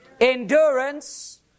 endurance